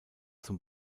zum